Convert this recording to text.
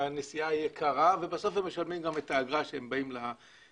הנסיעה יקרה ובסוף הם גם משלמים את האגרה כשהם באים למטמנה.